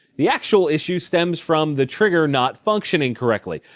the actual issue stems from the trigger not functioning correctly.